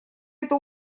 это